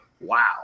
wow